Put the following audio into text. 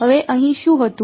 હવે અહીં શું હતું